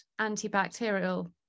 antibacterial